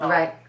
Right